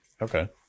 Okay